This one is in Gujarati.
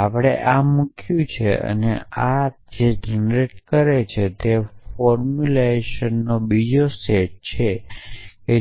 અને આપણે આમુક્યું છે અને આ જે જનરેટ કરશે તે ફોર્મ્યુલાઇઝનો બીજો સેટ છે